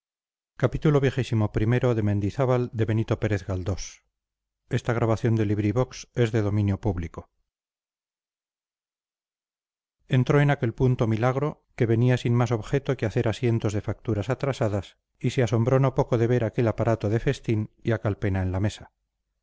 entró en aquel punto milagro que venía sin más objeto que hacer asientos de facturas atrasadas y se asombró no poco de ver aquel aparato de festín y a calpena en la mesa